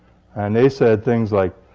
and they said things like,